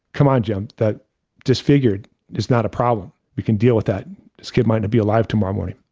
come on, jim, that disfigured is not a problem, we can deal with that kid might not be alive tomorrow morning.